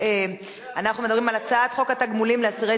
אנחנו מדברים על הצעת חוק תגמולים לאסירי